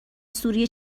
سوری